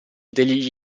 degli